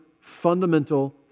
fundamental